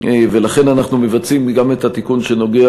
ולכן אנחנו מבצעים גם את התיקון שנוגע